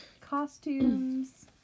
Costumes